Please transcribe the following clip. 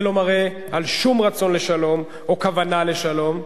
מראה שום רצון לשלום או כוונה לשלום.